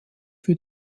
für